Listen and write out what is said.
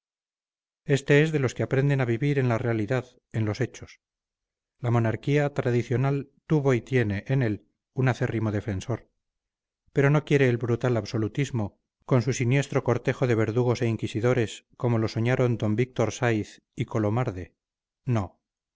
este es de los que aprenden a vivir en la realidad en los hechos la monarquía tradicional tuvo y tiene en él un acérrimo defensor pero no quiere el brutal absolutismo con su siniestro cortejo de verdugos e inquisidores como lo soñaron d víctor saiz y calomarde no